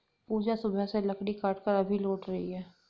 पूजा सुबह से लकड़ी काटकर अभी लौट रही है